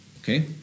Okay